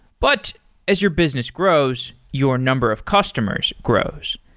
but as your business grows, your number of customers grows.